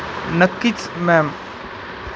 नक्कीच मॅम